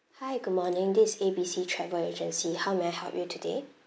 hi good morning this is A B C travel agency how may I help you today